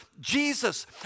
Jesus